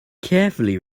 carefully